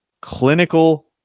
clinical